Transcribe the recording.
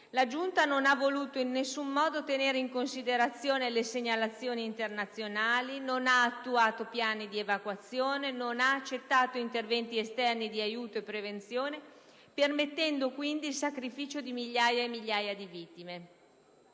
La giunta non ha voluto tenere in nessun modo in considerazione le segnalazioni internazionali, non ha attuato piani di evacuazione, non ha accettato interventi esterni di aiuto e prevenzione, permettendo quindi il sacrificio di migliaia e migliaia di vittime.